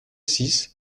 six